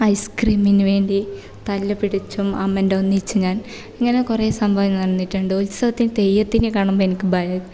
ഐസ്ക്രീമിന് വേണ്ടി തല്ല് പിടിച്ചും അമ്മേന്റെ ഒന്നിച്ച് ഞാൻ ഇങ്ങനെ കുറേ സംഭവങ്ങൾ നടന്നിട്ടുണ്ട് ഉത്സവത്തില് തെയ്യത്തിനെ കാണുമ്പോള് എനിക്ക് ഭയം